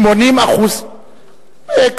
80% מה זה פלסטינים?